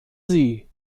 sie